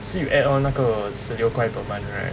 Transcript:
so you add on 那个十六块 per month right